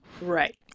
Right